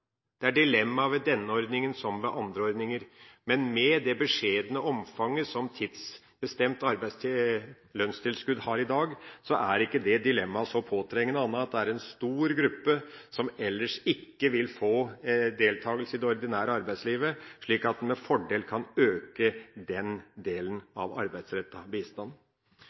Det er dilemmaer ved denne ordninga som ved andre ordninger, men med det beskjedne omfanget som tidsbestemt lønnstilskudd har i dag, er ikke det dilemmaet så påtrengende – annet enn at det er en stor gruppe som ellers ikke vil få deltakelse i det ordinære arbeidslivet – slik at en med fordel kan øke den delen av arbeidsrettet bistand.